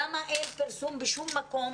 למה אין פרסום בשום מקום